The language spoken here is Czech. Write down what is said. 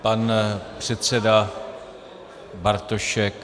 Pan předseda Bartošek.